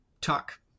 talk